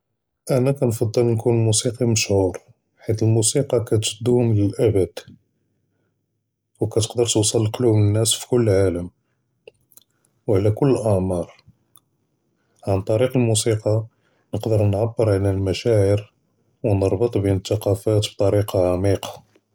אני כנג’בּל נكون מוסיקי מכשורס חית אלמוסיקי כדום לאלעד וכתقدر נוּסל ל'לוב נאס פי קול אלעאלם ועלא כל עמר ען דרך מוסיקי נقدر נעבר עלא אלמחשאר ונרבט בין ת'קאפט ביטאריקה עמיقة.